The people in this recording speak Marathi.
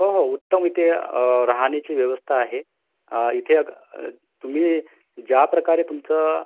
हो हो उत्तम इथे राहण्याची व्यवस्था आहे इथे अत् तुम्ही ज्याप्रकारे तुमचं